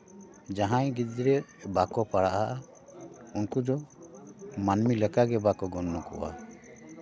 ᱡᱟᱦᱟᱸᱭ ᱜᱤᱫᱽᱨᱟᱹ ᱵᱟᱠᱚ ᱯᱟᱲᱦᱟᱜᱼᱟ ᱩᱱᱠᱩ ᱫᱚ ᱢᱟᱹᱱᱢᱤ ᱞᱮᱠᱟᱜᱮ ᱵᱟᱠᱚ ᱜᱚᱱᱱᱚ ᱠᱚᱣᱟ